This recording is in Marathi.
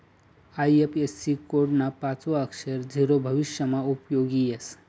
आय.एफ.एस.सी कोड ना पाचवं अक्षर झीरो भविष्यमा उपयोगी येस